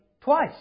twice